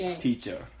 teacher